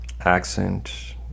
accent